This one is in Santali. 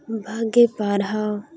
ᱵᱷᱟᱹᱜᱤ ᱯᱟᱲᱦᱟᱣ